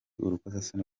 urukozasoni